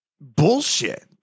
bullshit